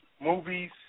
movies